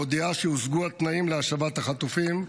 מודיעה שהושגו התנאים להשבת החטופים,